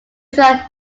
scored